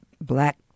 black